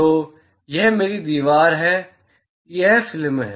तो यह मेरी दीवार है वह फिल्म है